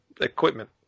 equipment